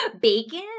Bacon